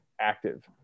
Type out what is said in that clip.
active